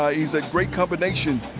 ah he's a great combination,